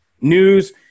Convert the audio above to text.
news